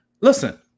Listen